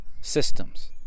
systems